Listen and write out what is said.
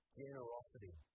generosity